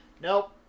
Nope